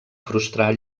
frustrar